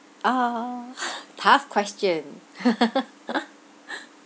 oh tough question